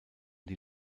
die